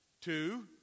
Two